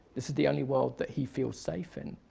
this is the only world that he feels safe in.